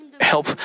help